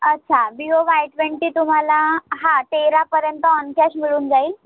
अच्छा Vivo Y twenty तुम्हाला हां तेरापर्यंत ऑन कॅश मिळून जाईल